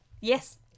Yes